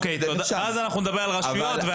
אז נדבר על רשויות.